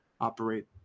operate